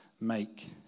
Make